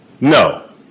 No